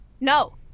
No